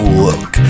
look